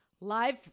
live